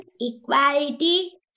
equality